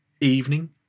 evening